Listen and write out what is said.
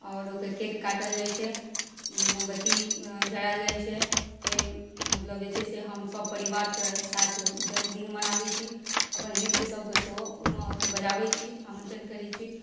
आओर ओकरा केक काटल जाइ छै मोमबत्ती जरायल जाइ छै फेर मतलब जे छै से हम सपरिवारके साथ जन्मदिन मनाबै छी अपन मित्र सबके सेहो ओइमे बजाबै छी आमन्त्रण करै छी